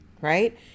right